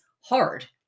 hard